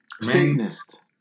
Satanist